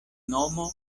nomo